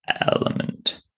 element